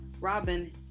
Robin